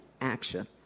Action